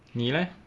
你 leh